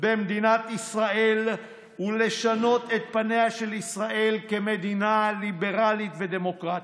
במדינת ישראל ולשנות את פניה של ישראל כמדינה ליברלית ודמוקרטית.